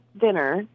dinner